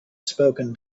spoken